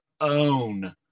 own